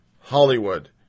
Hollywood